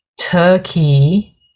turkey